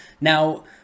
Now